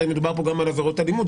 הרי מדובר פה גם על עבירות אלימות,